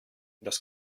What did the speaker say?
das